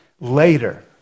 later